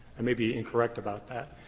i may be incorrect about that.